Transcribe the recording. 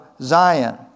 Zion